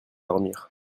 dormir